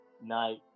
night